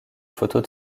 photos